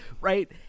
right